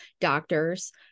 doctors